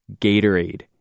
Gatorade